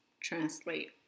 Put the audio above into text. translate